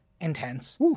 Intense